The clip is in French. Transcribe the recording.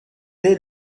est